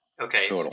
Okay